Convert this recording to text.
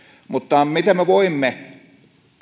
mutta miten me voimme